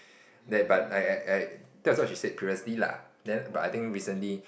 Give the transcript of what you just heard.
there but I I I that was what she said previously lah then but I think recently